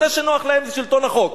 מתי שנוח להם זה שלטון החוק,